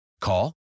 Call